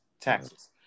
taxes